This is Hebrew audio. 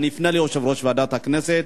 אני אפנה ליושב-ראש ועדת הכנסת,